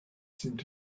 seemed